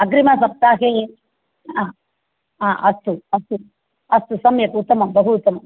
अग्रिमसप्ताहे हा अस्तु अस्तु अस्तु सम्यक् उत्तमं बहु उत्तमं